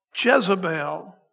Jezebel